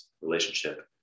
relationship